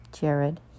Jared